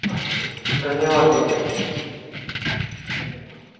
अस्तु धन्यवादः महोदय धन्यवादः